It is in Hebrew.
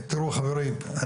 תראו חברים,